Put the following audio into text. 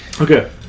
Okay